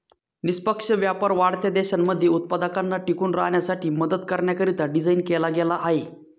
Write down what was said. निष्पक्ष व्यापार वाढत्या देशांमध्ये उत्पादकांना टिकून राहण्यासाठी मदत करण्याकरिता डिझाईन केला गेला आहे